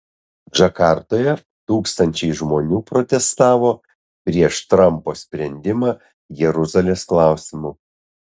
džakartoje tūkstančiai žmonių protestavo prieš trampo sprendimą jeruzalės klausimu